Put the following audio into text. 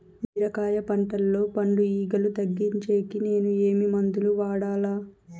బీరకాయ పంటల్లో పండు ఈగలు తగ్గించేకి నేను ఏమి మందులు వాడాలా?